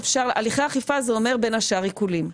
הליכי אכיפה זה אומר בין השאר עיקולים.